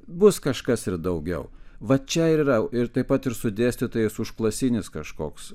bus kažkas ir daugiau va čia ir yra ir taip pat ir su dėstytojais užklasinis kažkoks